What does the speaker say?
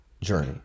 journey